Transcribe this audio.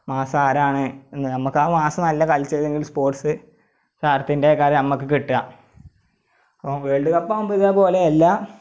മാസം ആരാണ് എന്ന് നമ്മൾക്ക് ആ മാസം നല്ല കളിച്ച ഏതെങ്കിലും സ്പോട്സ് താരത്തിന്റെ കാര്യം നമ്മൾക്ക് കിട്ടുക അപ്പോൾ വേള്ഡ് കപ്പ് ആവുമ്പോൾ ഇതേ പോലെ എല്ലാ